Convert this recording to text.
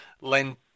Len